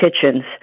kitchens